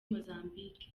mozambique